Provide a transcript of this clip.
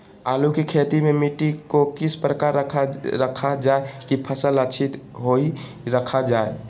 आलू की खेती में मिट्टी को किस प्रकार रखा रखा जाए की फसल अच्छी होई रखा जाए?